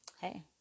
hey